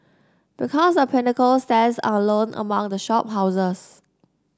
because The Pinnacle stands alone among the shop houses